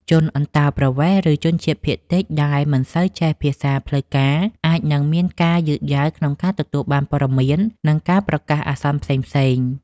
ជនអន្តោប្រវេសន៍ ឬជនជាតិភាគតិចដែលមិនសូវចេះភាសាផ្លូវការអាចនឹងមានការយឺតយ៉ាវក្នុងការទទួលបានព័ត៌មាន និងការប្រកាសអាសន្នផ្សេងៗ។